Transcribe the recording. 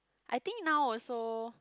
I think now also